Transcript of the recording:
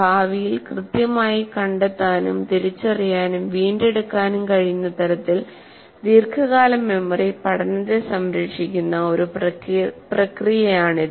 ഭാവിയിൽ കൃത്യമായി കണ്ടെത്താനും തിരിച്ചറിയാനും വീണ്ടെടുക്കാനും കഴിയുന്ന തരത്തിൽ ദീർഘകാല മെമ്മറി പഠനത്തെ സംരക്ഷിക്കുന്ന ഒരു പ്രക്രിയയാണിത്